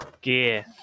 gear